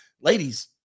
ladies